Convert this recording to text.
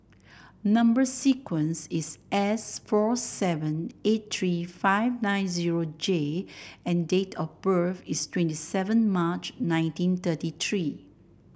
number sequence is S four seven eight three five nine zero J and date of birth is twenty seven March nineteen thirty three